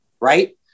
right